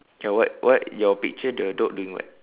ya what what your picture the dog doing what